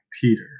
peter